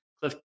Cliff